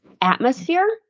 atmosphere